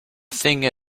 thing